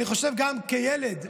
גם כילד,